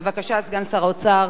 בבקשה, סגן שר האוצר